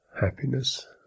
happiness